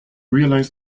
realize